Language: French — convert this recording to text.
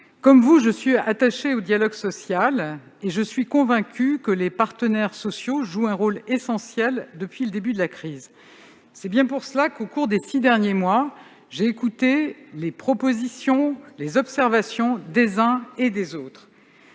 comme vous, je suis attachée au dialogue social et je suis convaincue que les partenaires sociaux jouent un rôle essentiel depuis le début de la crise. C'est la raison pour laquelle, au cours des six derniers mois, j'ai écouté les propositions et les observations formulées par les